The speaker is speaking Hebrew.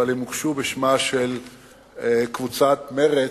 אבל הן הוגשו בשמה של קבוצת מרצ,